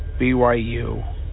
BYU